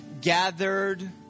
gathered